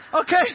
Okay